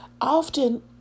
often